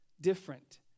different